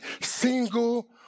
single